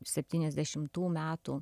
septyniasdešimtų metų